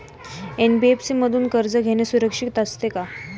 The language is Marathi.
एन.बी.एफ.सी मधून कर्ज घेणे सुरक्षित असते का?